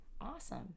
Awesome